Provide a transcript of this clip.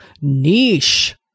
niche